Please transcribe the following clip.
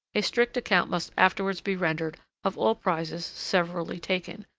a strict account must afterwards be rendered of all prizes severally taken,